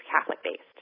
Catholic-based